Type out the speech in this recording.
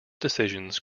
decisions